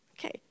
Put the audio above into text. Okay